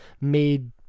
made